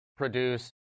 produce